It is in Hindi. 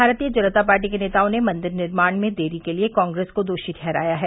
भारतीय जनता पार्टी के नेताओं ने मंदिर निर्माण में देरी के लिए कांग्रेस को दोषी ठहराया है